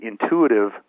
intuitive